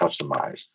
customized